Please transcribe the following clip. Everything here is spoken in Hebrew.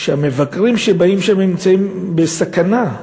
שהמבקרים שבאים לשם נמצאים בסכנה.